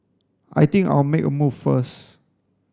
I think I'll make a move first